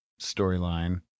storyline